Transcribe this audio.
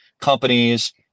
companies